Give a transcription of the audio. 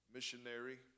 missionary